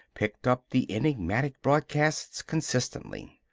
picked up the enigmatic broadcasts consistently.